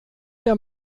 der